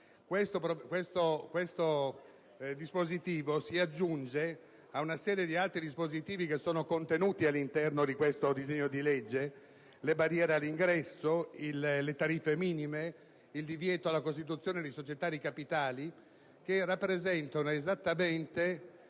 Il dispositivo in esame si aggiunge a una serie di altri dispositivi contenuti all'interno di questo disegno di legge - le barriere all'ingresso, le tariffe minime, il divieto alla costituzione di società di capitali - che rappresentano esattamente